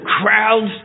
crowd's